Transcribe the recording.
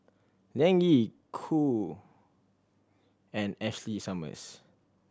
Liang Yi Qoo and Ashley Summers